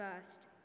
first